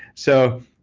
so,